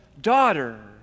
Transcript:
daughter